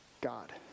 God